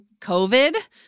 COVID